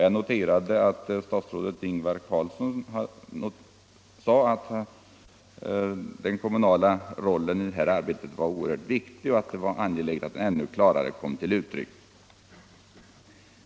Jag noterade att statsrådet Carlsson sade att den kommunala rollen i detta arbete var oerhört viktig och att det var angeläget att detta ännu klarare kom till uttryck.